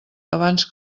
abans